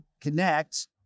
Connect